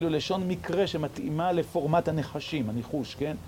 כאילו לשון מקרה שמתאימה לפורמט הנחשים, הניחוש, כן?